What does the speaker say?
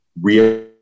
real